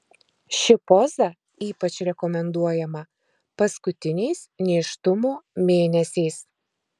ši poza ypač rekomenduojama paskutiniais nėštumo mėnesiais